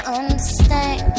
understand